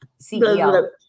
CEO